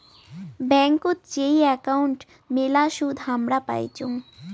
ব্যাংকোত যেই একাউন্ট মেলা সুদ হামরা পাইচুঙ